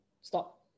Stop